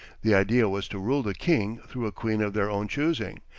the idea was to rule the king through a queen of their own choosing,